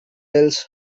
tells